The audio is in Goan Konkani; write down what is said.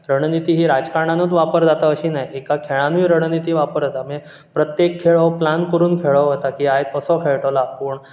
रणनिती ही राजकारणानूच वापर जाता अशी न्हय एका खेलानूय रणनिती वापर जाता मागीर प्रत्येक खेळ हो प्लान करून खेळ्ळो वता की आयज कसो खेळटलो आपूण